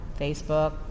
Facebook